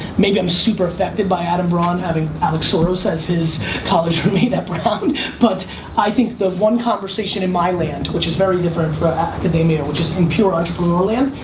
maybe i'm super affected by adam braun having alex soros as his college roommate but i think the one conversation in my land, which is very different from academia, which is in pure entrepreneur land,